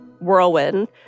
whirlwind